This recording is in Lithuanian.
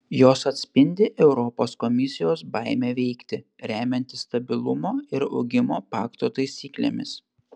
jos atspindi europos komisijos baimę veikti remiantis stabilumo ir augimo pakto taisyklėmis